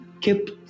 kept